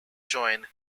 joined